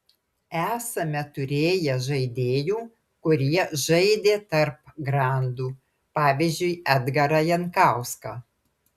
esame turėję žaidėjų kurie žaidė tarp grandų pavyzdžiui edgarą jankauską